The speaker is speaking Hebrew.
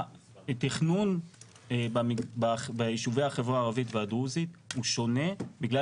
התכנון בישובי החברה הערבית והדרוזית הוא שונה בגלל